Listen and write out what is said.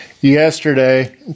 yesterday